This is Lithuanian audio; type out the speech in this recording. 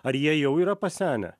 ar jie jau yra pasenę